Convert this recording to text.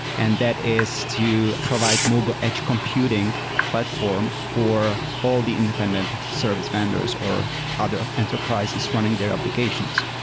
and that is to provide mobile edge computing platform for all the independent service vendors or other enterprises running their applications.